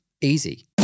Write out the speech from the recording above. easy